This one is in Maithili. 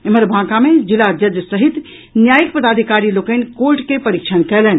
एम्हर बांका मे जिला जज सहित न्यायिक पदाधिकारी लोकनि कोर्ट के परीक्षण कयलनि